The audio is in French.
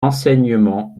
enseignement